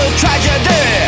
tragedy